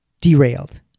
derailed